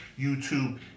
YouTube